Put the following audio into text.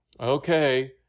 okay